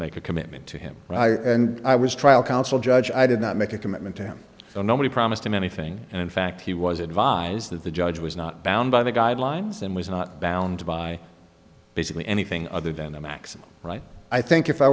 make a commitment to him and i was trial counsel judge i did not make a commitment to him so nobody promised him anything and fact he was advised that the judge was not bound by the guidelines and was not bound by basically anything other than a maximum right i think if i